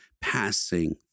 passing